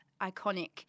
iconic